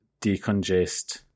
decongest